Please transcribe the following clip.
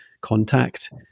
contact